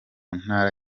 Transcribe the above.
ntara